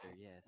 yes